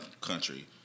country